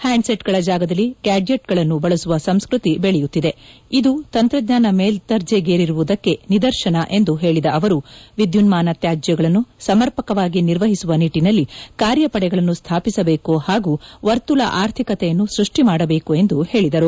ಹ್ಯಾಂಡ್ಸೆಟ್ಗಳ ಜಾಗದಲ್ಲಿ ಗ್ಯಾಡ್ಜೆಟ್ಗಳನ್ನು ಬಳಸುವ ಸಂಸ್ಕೃತಿ ಬೆಳೆಯುತ್ತಿದೆ ಇದು ತಂತ್ರಜ್ಞಾನ ಮೇಲ್ದರ್ಜೆಗೇರಿರುವುದಕ್ಕೆ ನಿದರ್ಶನ ಎಂದು ಹೇಳಿದ ಅವರು ವಿದ್ಯುನ್ಮಾನ ತ್ಯಾಜ್ಯಗಳನ್ನು ಸಮರ್ಪಕವಾಗಿ ನಿರ್ವಹಿಸುವ ನಿಟ್ಟಿನಲ್ಲಿ ಕಾರ್ಯಪಡೆಗಳನ್ನು ಸ್ದಾಪಿಸಬೇಕು ಹಾಗೂ ವರ್ತುಲ ಆರ್ಥಿಕತೆಯನ್ನು ಸೃಷ್ಟಿ ಮಾಡಬೇಕು ಎಂದು ಹೇಳಿದರು